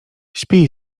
spij